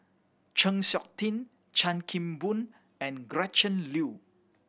Chng Seok Tin Chan Kim Boon and Gretchen Liu